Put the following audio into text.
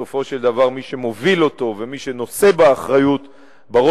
שבסופו של דבר מי שמוביל אותו ומי שנושא באחריות לתהליך המדיני,